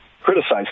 criticized